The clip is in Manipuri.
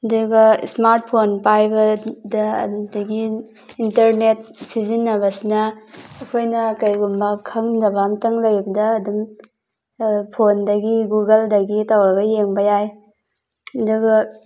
ꯑꯗꯨꯒ ꯏꯁꯃꯥꯔꯠ ꯐꯣꯟ ꯄꯥꯏꯕꯗ ꯑꯗꯒꯤ ꯏꯟꯇꯔꯅꯦꯠ ꯁꯤꯖꯤꯟꯅꯕꯁꯤꯅ ꯑꯩꯈꯣꯏꯅ ꯀꯔꯤꯒꯨꯝꯕ ꯈꯪꯗꯕ ꯑꯃꯇꯪ ꯂꯩꯕꯗ ꯑꯗꯨꯝ ꯐꯣꯟꯗꯒꯤ ꯒꯨꯒꯜꯗꯒꯤ ꯇꯧꯔꯒ ꯌꯦꯡꯕ ꯌꯥꯏ ꯑꯗꯨꯒ